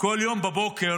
כל יום בבוקר